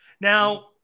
Now